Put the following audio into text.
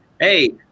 hey